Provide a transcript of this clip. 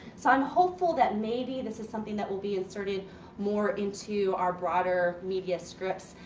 so, i'm hopeful that maybe this is something that will be inserted more into our broader media scripts.